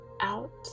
out